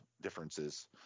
differences